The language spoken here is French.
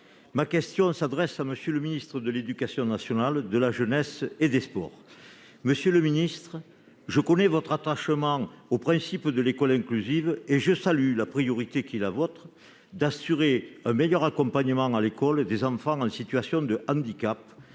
Ma question s'adresse à M. le ministre de l'éducation nationale, de la jeunesse et des sports. Monsieur le ministre, je connais votre attachement au principe de l'école inclusive et je salue le fait que vous ayez élevé au rang de priorité un meilleur accompagnement à l'école des enfants en situation de handicap.